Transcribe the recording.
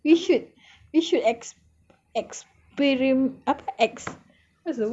we should we should ex~ ex~ experim~ apa ex~ what's the word ah bearing up acts what's the word experiment experiment that